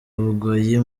bugoyi